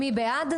מי בעד?